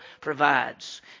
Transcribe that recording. provides